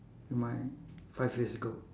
my five years ago